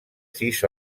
sis